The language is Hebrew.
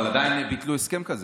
אבל עדיין ביטלו הסכם כזה,